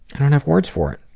and enough words for it.